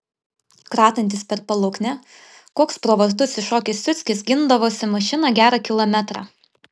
kratantis per paluknę koks pro vartus iššokęs ciuckis gindavosi mašiną gerą kilometrą